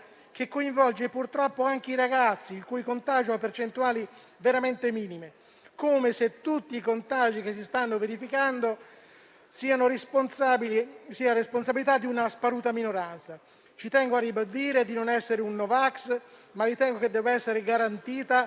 che coinvolge purtroppo anche i ragazzi, il cui contagio ha percentuali veramente minime, come se tutti i contagi che si stanno verificando siano responsabilità di una sparuta minoranza. Ci tengo a ribadire di non essere un no vax, ma ritengo debba essere garantita